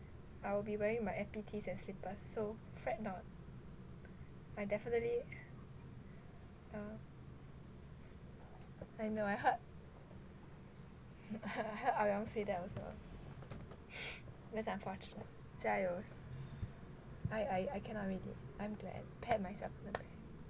I will be wearing my F_B_T and slippers so fret not I definitely I know I heard I heard I heard ah yong say that also that's unfortunate 加油 I I cannot really I'm glad pet myself on the back